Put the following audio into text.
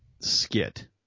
Skit